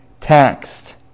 taxed